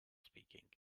speaking